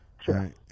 Sure